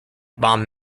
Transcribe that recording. bomb